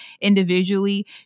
individually